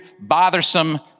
bothersome